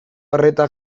arreta